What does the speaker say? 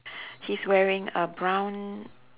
he's wearing a brown